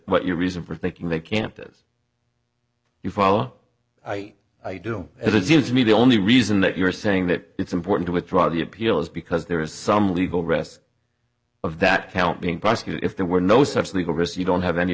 but your reason for thinking they can't is you follow i i don't it seems to me the only reason that you're saying that it's important to withdraw the appeal is because there is some legal risk of that count being prosecuted if there were no such legal risk you don't have any